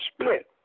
split